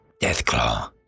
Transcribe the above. Deathclaw